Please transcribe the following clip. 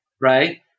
right